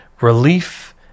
relief